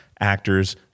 actors